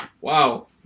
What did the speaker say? Wow